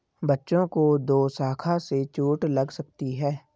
बच्चों को दोशाखा से चोट लग सकती है